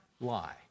lie